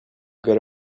good